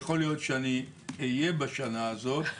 יכול להיות שאני אהיה בשנה הזאת,